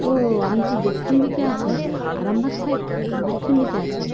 ও আপনি তো দক্ষিণ দিকে আছেন আরামবাগ সাইড দক্ষিণ দিকে আছেন